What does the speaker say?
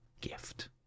gift